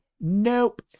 nope